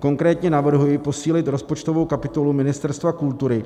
Konkrétně navrhuji posílit rozpočtovou kapitolu Ministerstva kultury